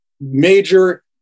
major